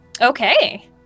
Okay